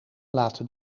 laten